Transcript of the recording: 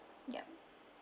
yup